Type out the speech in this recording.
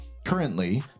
Currently